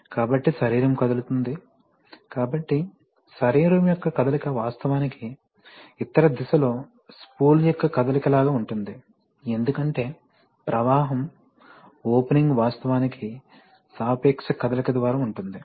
కాబట్టి శరీరం కదులుతుంది కాబట్టి శరీరం యొక్క కదలిక వాస్తవానికి ఇతర దిశలో స్పూల్ యొక్క కదలిక లాగా ఉంటుంది ఎందుకంటే ప్రవాహం ఓపెనింగ్ వాస్తవానికి సాపేక్ష కదలిక ద్వారా ఉంటుంది